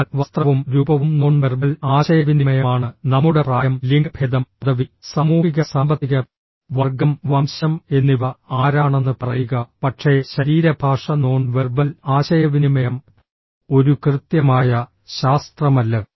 അതിനാൽ വസ്ത്രവും രൂപവും നോൺ വെർബൽ ആശയവിനിമയമാണ് നമ്മുടെ പ്രായം ലിംഗഭേദം പദവി സാമൂഹിക സാമ്പത്തിക വർഗം വംശം എന്നിവ ആരാണെന്ന് പറയുക പക്ഷേ ശരീരഭാഷ നോൺ വെർബൽ ആശയവിനിമയം ഒരു കൃത്യമായ ശാസ്ത്രമല്ല